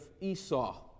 Esau